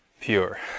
pure